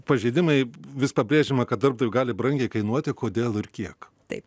pažeidimai vis pabrėžiama kad darbdaviui gali brangiai kainuoti kodėl ir kiek taip